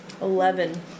Eleven